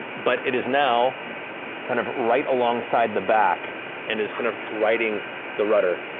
but it is now kind of right alongside the back and is kind of riding the rudder.